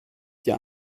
dir